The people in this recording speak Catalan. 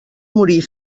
morir